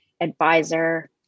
advisor